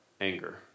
anger